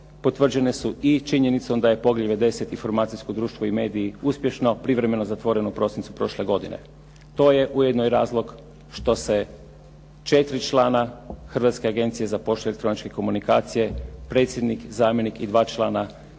potvrđene su i činjenicom da je poglavlje 10. – Informacijsko društvo i mediji uspješno privremeno zatvoreno u prosincu prošle godine. To je ujedno i razlog što se četiri člana Hrvatske agencije za poštu i elektroničke komunikacije, predsjednik, zamjenik i dva člana,